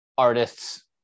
artists